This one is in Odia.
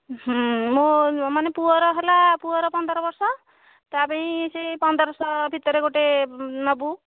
ମୋ ମାନେ ପୁଅର ହେଲା ପୁଅର ପନ୍ଦର ବର୍ଷ ତା ପାଇଁ ସେ ପନ୍ଦରଶହ ଭିତରେ ଗୋଟେ ନେବୁ